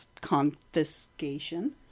confiscation